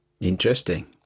Interesting